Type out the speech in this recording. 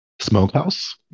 Smokehouse